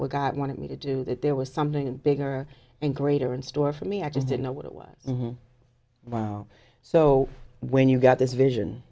what god wanted me to do that there was something bigger and greater in store for me i just didn't know what it was wow so when you got this vision